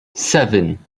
seven